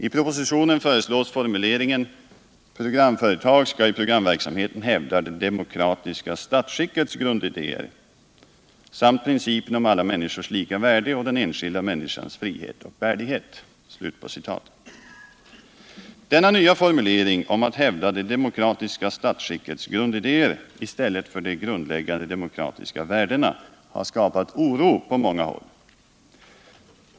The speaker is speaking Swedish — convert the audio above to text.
I propositionen föreslås formuleringen: ”Programföretag skall i programverksamheten hävda det demokratiska statsskickets grundidéer samt principen om alla människors lika värde och den enskilda människans frihet och värdighet:” Denna nya formulering om att hävda det demokratiska statsskickets grundidéer i stället för de grundläggande demokratiska värdena har skapat oro på många håll.